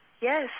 Yes